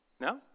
No